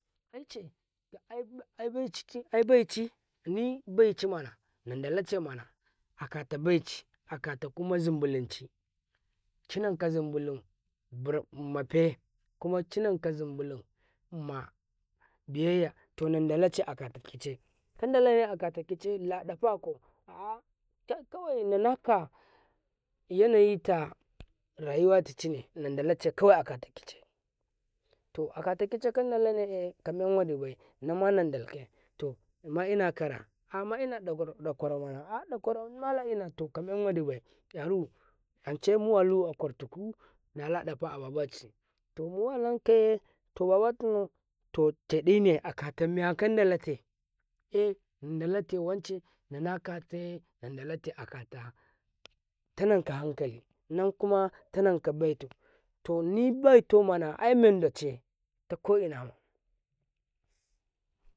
﻿aice nale ibeli ni becimana landacacamana aka to bayci akatokuma zumbulaci cinnaka zumbulun burm mafe kuma cynanka mabiyayya to landanaci akatikici kandalaye akatikici ladofako lawya nanaka yanayita rayiwa ticine landanace kawya akatikici to katikici akatikici kandalannele kamewedibay toh nammanadaki toh mainakorra amaina daƙarau ɗaƙaru nalaila kaman woɗi bai ƙyaro anci muwali aƙantiku naladafaa babaci to muwalikai to tadine akatamiya kan dalate nandalete wanci nanakati nandalate akata tininka hakali nikuma tininka beta toni tamana inilaci tukoinama.